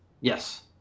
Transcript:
Yes